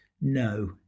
No